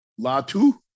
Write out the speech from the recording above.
Latu